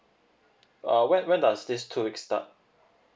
uh when when does this two week start